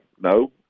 no